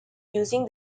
using